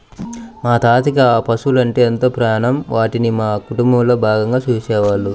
మా తాతకి ఆ పశువలంటే ఎంతో ప్రాణం, వాటిని మా కుటుంబంలో భాగంగా చూసేవాళ్ళు